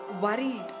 worried